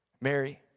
Mary